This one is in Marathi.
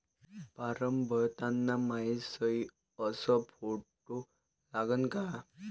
फारम भरताना मायी सयी अस फोटो लागन का?